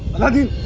aladdin